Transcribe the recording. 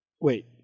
Wait